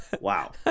Wow